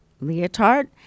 leotard